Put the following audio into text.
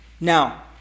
Now